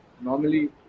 normally